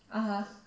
(uh huh)